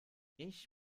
ich